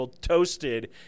toasted